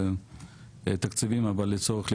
זכו בתקציבים אבל לצורך ההתמודדות,